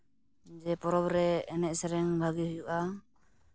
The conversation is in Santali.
ᱡᱮ ᱯᱚᱨᱚᱵᱽ ᱨᱮ ᱮᱱᱮᱡ ᱥᱮᱨᱮᱧ ᱵᱷᱟᱜᱮ ᱦᱩᱭᱩᱜᱼᱟ